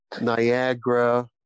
Niagara